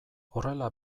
horrela